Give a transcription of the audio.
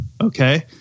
Okay